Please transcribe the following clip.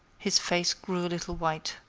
his face grew a little white.